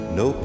no